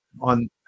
on